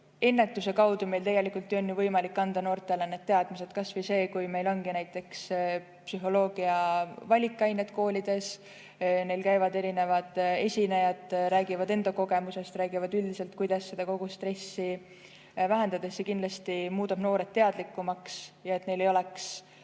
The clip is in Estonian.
ennetuse kaudu meil tegelikult on võimalik anda noortele need teadmised, kas või sellega, kui meil ongi näiteks psühholoogia valikained koolides. Neil käivad erinevad esinejad, räägivad enda kogemusest, räägivad üldiselt, kuidas kogu seda stressi vähendada. See kindlasti muudab noored teadlikumaks ja neil ei oleks